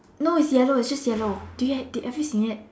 no is yellow it's just yellow did you did have you seen it